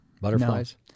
butterflies